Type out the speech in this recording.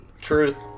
Truth